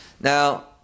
now